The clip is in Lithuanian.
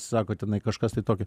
sako tenai kažkas tokia